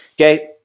Okay